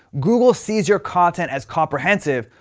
google sees your content as comprehensive,